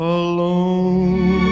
alone